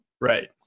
Right